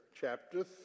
chapter